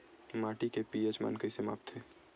माटी के पी.एच मान कइसे मापथे?